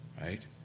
Right